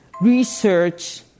research